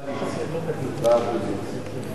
ההבדל בין הקואליציה לאופוזיציה.